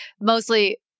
mostly